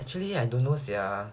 actually I don't know sia